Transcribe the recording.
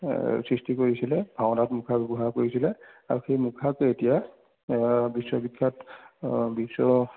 সৃষ্টি কৰিছিলে ভাওনাত মুখা ব্যৱহাৰ কৰিছিলে আৰু সেই মুখাকে এতিয়া বিশ্ব বিখ্যাত বিশ্ব